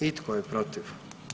I tko je protiv?